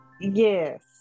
Yes